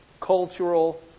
cultural